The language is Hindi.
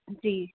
जी